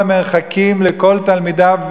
של ההחזקה הכלכלית של הישיבה.